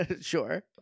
sure